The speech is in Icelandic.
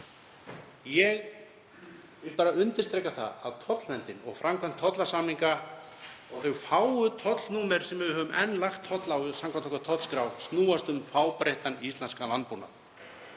Ég vil bara undirstrika að tollverndin, framkvæmd tollasamninga og þau fáu tollnúmer sem við höfum enn lagt tolla á, samkvæmt tollskrá, snúast um fábreyttan íslenskan landbúnað.